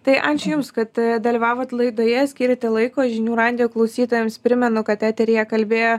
tai ačiū jums kad dalyvavot laidoje skyrėte laiko žinių radijo klausytojams primenu kad eteryje kalbėjo